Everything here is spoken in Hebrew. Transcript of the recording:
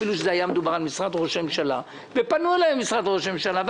אפילו שהיה מדובר על משרד ראש הממשלה ופנו אלי ממשרד ראש הממשלה,